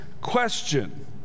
question